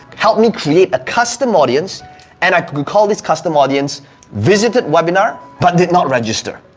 help me create a custom audience and i could call this custom audience visited webinar, but did not register.